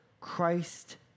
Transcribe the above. Christ